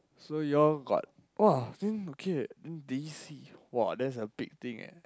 so you all got oh then okay then D_C !wah! that's a big thing eh